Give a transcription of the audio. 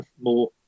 more